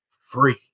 free